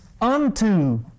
unto